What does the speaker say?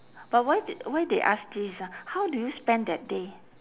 but why they why they ask this ah how do you spend that day